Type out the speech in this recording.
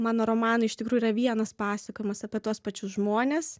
mano romanai iš tikrųjų yra vienas pasakojimas apie tuos pačius žmones